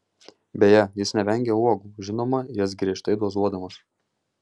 beje jis nevengia uogų žinoma jas griežtai dozuodamas